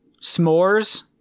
s'mores